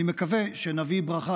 אני מקווה שנביא ברכה,